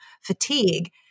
fatigue